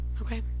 Okay